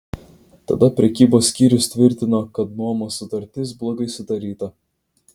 tada prekybos skyrius tvirtino kad nuomos sutartis blogai sudaryta